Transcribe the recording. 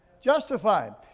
Justified